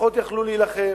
שפחות היו יכולים להילחם,